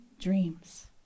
dreams